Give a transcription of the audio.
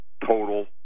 total